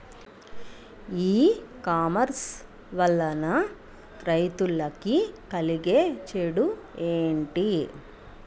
ఈ కామర్స్ వలన రైతులకి కలిగే చెడు ఎంటి?